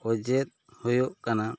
ᱚᱡᱮ ᱦᱩᱭᱩᱜ ᱠᱟᱱᱟ